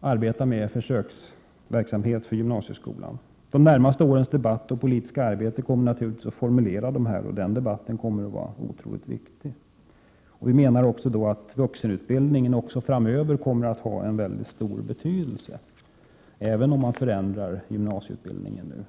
arbetar med en försöksverksamhet i gymnasieskolan. De kraven kommer naturligtvis att formuleras i de närmaste årens debatt och politiska arbete, och debatten kommer att vara otroligt viktig. Vi menar att vuxenutbildningen också framöver kommer att ha en väldigt stor betydelse, även om man förändrar gymnasieutbildningen nu.